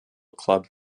club